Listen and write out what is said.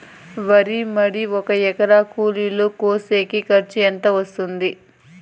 వరి మడి ఒక ఎకరా కూలీలు కోసేకి ఖర్చు ఎంత వస్తుంది?